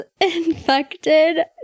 infected